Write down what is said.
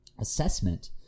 Assessment